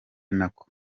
nako